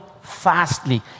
fastly